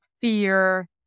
fear